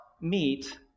meet